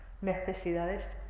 necesidades